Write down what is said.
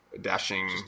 dashing